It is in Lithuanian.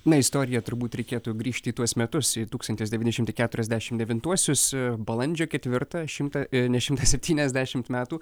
na istorija turbūt reikėtų grįžti į tuos metus į tūkstantis devyni šimtai keturiasdešim devintuosius balandžio ketvirtą šimtą ne šimtą septyniasdešimt metų